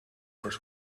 first